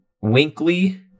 Winkley